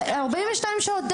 42 שעות.